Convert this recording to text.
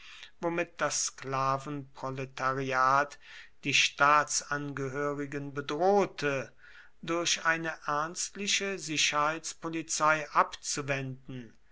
womit das sklavenproletariat die staatsangehörigen bedrohte durch eine ernstliche sicherheitspolizei abzuwenden